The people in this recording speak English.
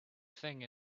thing